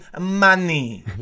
money